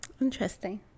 Interesting